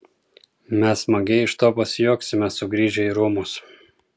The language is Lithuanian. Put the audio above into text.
mes smagiai iš to pasijuoksime sugrįžę į rūmus